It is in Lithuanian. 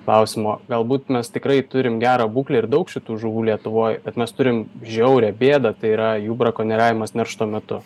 klausimo galbūt mes tikrai turim gerą būklę ir daug šitų žuvų lietuvoj bet mes turim žiaurią bėdą tai yra jų brakonieriavimas neršto metu